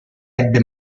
ebbe